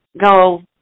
go